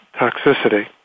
toxicity